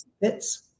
bits